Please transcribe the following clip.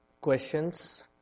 questions